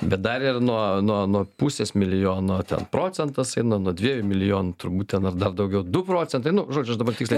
bet dar ir nuo nuo nuo pusės milijono ten procentas eina nuo dviejų milijonų turbūt ten ar dar daugiau du procentai nu žodžiu aš dabar tiksliai